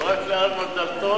או רק לעלמה ודלתון?